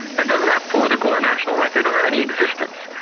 and doesn't have political and national rights, they don't have any existence,